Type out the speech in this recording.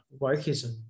wokeism